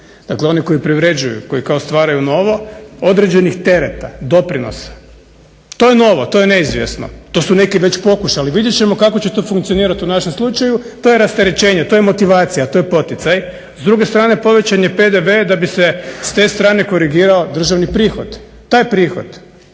dakle one koji privređuju, koji stvaraju novo, određenih tereta, doprinosa. To je novo, to je neizvjesno, to su neki već pokušali. Vidjet ćemo kako će to funkcionirat u našem slučaju. To je rasterećenje, to je motivacija, to je poticaj. S druge strane povećan je PDV da bi se s te strane korigirao državni prihod. Taj prihod